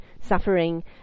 suffering